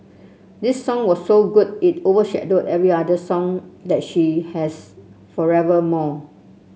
this song was so good it overshadowed every other song that she has forevermore